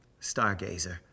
Stargazer